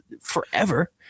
forever